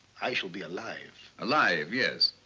i shall be alive. alive, yes,